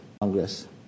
congress